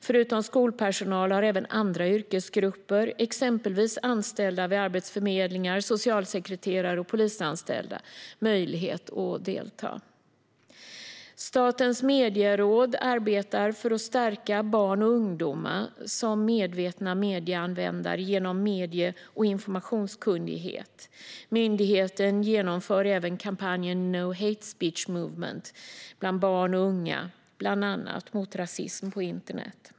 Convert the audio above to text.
Förutom skolpersonal har även andra yrkesgrupper, exempelvis anställda vid arbetsförmedlingar, socialsekreterare och polisanställda möjlighet att delta. Statens medieråd arbetar för att stärka barn och ungdomar som medvetna medieanvändare genom medie och informationskunnighet. Myndigheten genomför även kampanjen No Hate Speech Movement bland barn och unga bland annat mot rasism på internet.